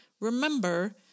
remember